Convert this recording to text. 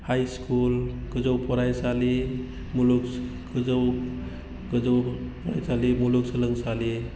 high school गोजौ फरायसालि मुलुगसोलोंसालि गोजौ फरायसालि मुलुगसोलोंसालि